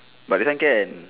but this one can